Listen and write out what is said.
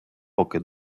поки